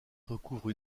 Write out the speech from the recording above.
recouvre